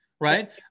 Right